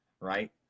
right